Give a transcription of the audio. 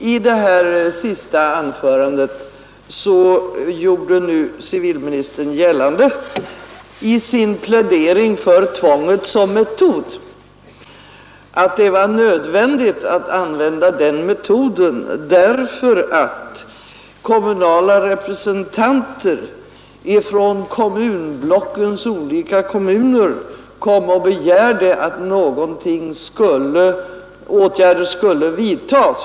I detta senaste anförande gjorde civilministern gällande, i sin plädering för tvånget som metod, att det var nödvändigt att använda den metoden därför att representanter från kommunblockens olika kommuner begärde att åtgärder skulle vidtas.